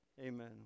Amen